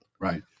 Right